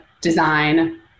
design